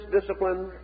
discipline